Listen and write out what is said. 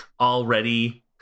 already